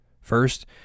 First